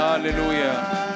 Hallelujah